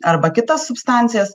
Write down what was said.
arba kitas substancijas